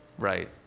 Right